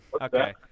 Okay